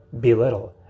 belittle